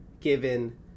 given